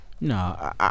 No